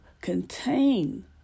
contain